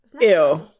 ew